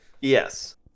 yes